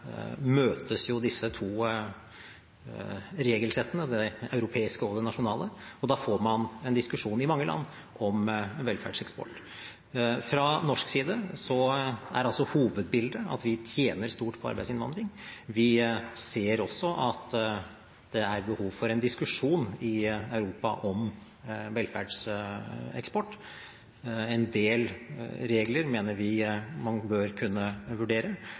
møtes jo disse to regelsettene, det europeiske og det nasjonale, og da får man en diskusjon i mange land om velferdseksport. Fra norsk side er altså hovedbildet at vi tjener stort på arbeidsinnvandring. Vi ser også at det er behov for en diskusjon i Europa om velferdseksport. En del regler mener vi man bør kunne vurdere,